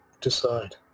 decide